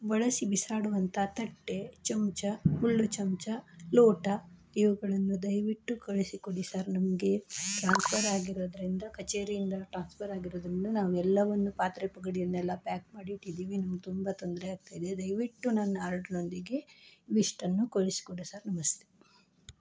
ಬಳಸಿ ಬಿಸಾಡುವಂಥ ತಟ್ಟೆ ಚಮಚ ಮುಳ್ಳು ಚಮಚ ಲೋಟ ಇವುಗಳನ್ನು ದಯವಿಟ್ಟು ಕಳಿಸಿಕೊಡಿ ಸರ್ ನಮಗೆ ಟ್ರಾನ್ಸ್ಫರ್ ಆಗಿರೋದ್ರಿಂದ ಕಚೇರಿಯಿಂದ ಟ್ರಾನ್ಸ್ಫರ್ ಆಗಿರೋದ್ರಿಂದ ನಾವು ಎಲ್ಲವನ್ನು ಪಾತ್ರೆ ಪಗಡಿಯನ್ನೆಲ್ಲ ಪ್ಯಾಕ್ ಮಾಡಿಟ್ಟಿದ್ದೀವಿ ನಮಗೆ ತುಂಬ ತೊಂದರೆ ಆಗ್ತಾ ಇದೆ ದಯವಿಟ್ಟು ನನ್ನ ಆರ್ಡರ್ನೊಂದಿಗೆ ಇವಿಷ್ಟನ್ನು ಕಳಿಸಿಕೊಡಿ ಸರ್ ನಮಸ್ತೆ